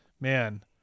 man